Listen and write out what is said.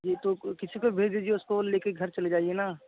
जी तो क किसी को भेज दीजिए उसको ले कर घर चले जाइए ना